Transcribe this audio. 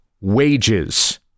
wages